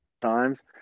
times